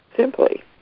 Simply